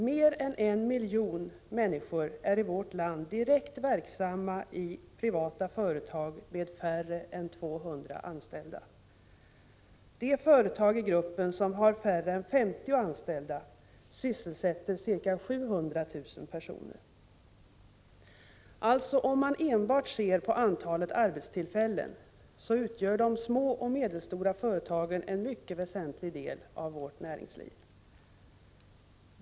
Mer än 1 miljon människor i vårt land är direkt verksamma i privata företag med färre än 200 anställda. De företagi gruppen som har färre än 50 anställda sysselsätter ca 700 000 personer. Om man enbart ser på antalet arbetstillfällen, finner man alltså att de små och medelstora företagen utgör en högst väsentlig del av vårt näringsliv.